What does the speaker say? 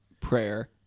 prayer